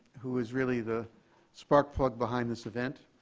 who is really the spark plug behind this event,